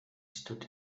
stood